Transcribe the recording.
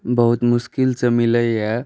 बहुत मोसकिलसँ मिलैए